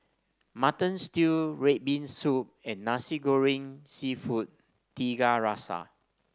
Mutton Stew red bean soup and Nasi Goreng seafood Tiga Rasa